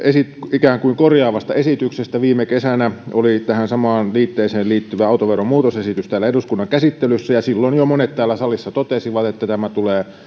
ikään kuin korjaavasta esityksestä viime kesänä oli tähän samaan liitteeseen liittyvä autoveron muutosesitys täällä eduskunnan käsittelyssä ja silloin jo monet täällä salissa totesivat että tämä tulee